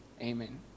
Amen